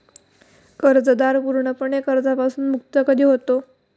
कर्जदार पूर्णपणे कर्जापासून मुक्त कधी होतो?